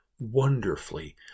wonderfully